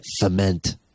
foment